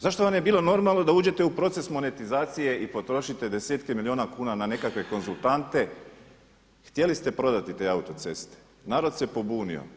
Zašto vam je bilo normalno da uđete u proces monetizacije i potrošite 10-ke milijuna kuna na nekakve konzultante, htjeli ste prodati te autoceste, narod se pobunio.